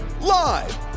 live